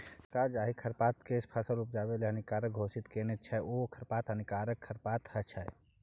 सरकार जाहि खरपातकेँ फसल उपजेबा लेल हानिकारक घोषित केने छै ओ खरपात हानिकारक खरपात छै